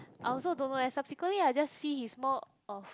I also don't know eh subsequently I just see he's more of